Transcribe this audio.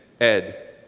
ed